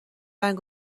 رنگ